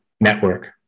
network